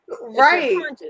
Right